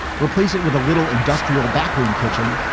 replace it with a little industrial backroom kitchen?